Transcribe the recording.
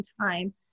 time